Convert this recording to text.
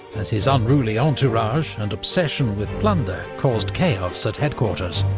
as his unruly entourage and obsession with plunder caused chaos at headquarters.